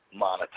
monetize